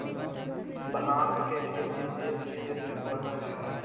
भाँग के खेती देस बिदेस में बढ़ल जाता